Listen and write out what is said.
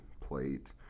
plate